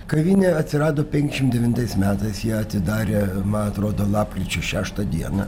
kavinė atsirado penkiasdešimt devintais metais ją atidarė man atrodo lapkričio šeštą dieną